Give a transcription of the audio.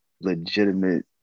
legitimate